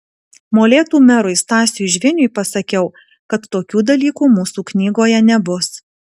molėtų merui stasiui žviniui pasakiau kad tokių dalykų mūsų knygoje nebus